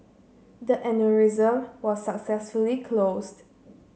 the aneurysm was successfully closed